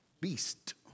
beast